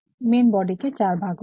main body के 4 भाग होते हैं